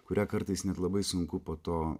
kurią kartais net labai sunku po to